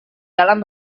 jalan